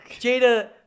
Jada